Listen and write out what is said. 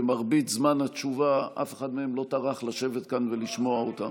במרבית זמן התשובה אף אחד מהם לא טרח לשבת כאן ולשמוע אותם.